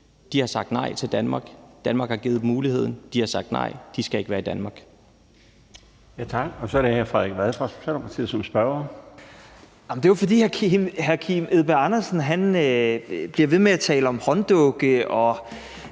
De har sagt nej til Danmark. Danmark har givet dem muligheden. De har sagt nej. De skal ikke være i Danmark. Kl. 17:28 Den fg. formand (Bjarne Laustsen): Tak. Så er det hr. Frederik Vad fra Socialdemokratiet som spørger. Kl. 17:28 Frederik Vad (S): Hr. Kim Edberg Andersen bliver ved med at tale om hånddukker og